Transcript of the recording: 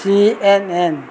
CNN